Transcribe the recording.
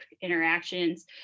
interactions